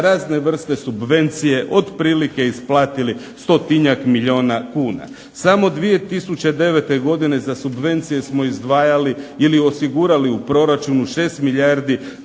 razne vrste subvencije otprilike isplatili stotinjak milijuna kuna. Samo 2009. godine za subvencije smo izdvajali ili osigurali u proračunu 6 milijardi